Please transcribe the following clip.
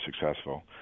successful